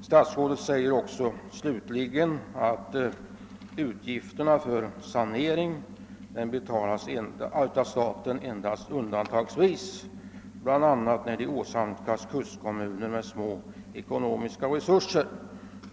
Statsrådet säger också att »utgifterna för saneringen betalats av staten endast undantagsvis, bl.a. när de åsamkats kustkommuner med små ekonomiska resurser».